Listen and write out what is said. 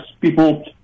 people